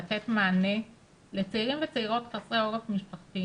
לתת מענה לצעירים וצעירות חסרי עורף משפחתי